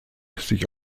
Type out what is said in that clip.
sich